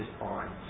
on